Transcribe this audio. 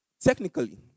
technically